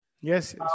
Yes